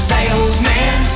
Salesman